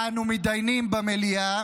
שבה אנו מתדיינים במליאה,